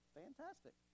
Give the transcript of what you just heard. fantastic